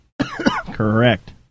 Correct